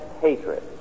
hatred